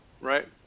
Right